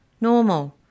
Normal